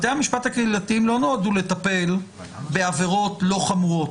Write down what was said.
בתי המשפט הקהילתיים לא נועדו לטפל בעבירות לא חמורות.